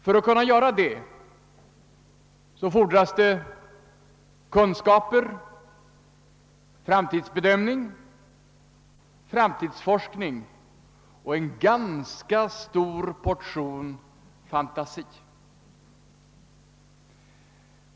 För att kunna göra det fordras kunskaper, framtidsbedömning, framtidsforskning och en ganska stor portion fantasi.